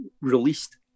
released